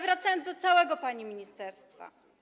Wracam do całego pani ministerstwa.